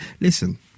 Listen